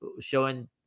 showing